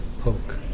poke